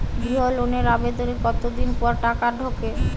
গৃহ লোনের আবেদনের কতদিন পর টাকা ঢোকে?